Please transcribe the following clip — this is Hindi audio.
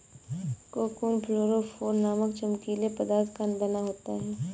कोकून फ्लोरोफोर नामक चमकीले पदार्थ का बना होता है